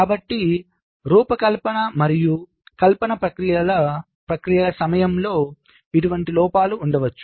కాబట్టి రూపకల్పన మరియు కల్పన ప్రక్రియల సమయంలో ఇటువంటి లోపాలు ఉండవచ్చు